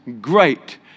great